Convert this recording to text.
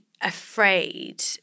afraid